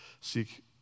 seek